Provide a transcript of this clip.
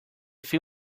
fin